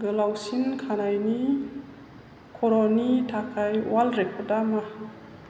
गोलावसिन खानायनि खर'नि थाखाय वार्लड रेकर्ड आ मा